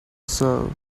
serve